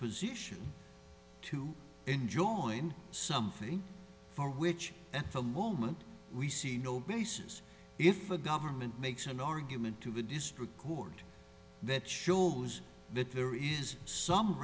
position to enjoy and something for which at the moment we see no basis if the government makes an argument to the district court that shows that there is some